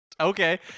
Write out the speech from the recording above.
Okay